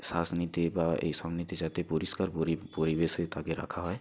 শ্বাস নিতে বা এই সব নিতে যাতে পরিষ্কার পরি পরিবেশে তাকে রাখা হয়